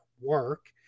work